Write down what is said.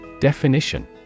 Definition